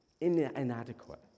inadequate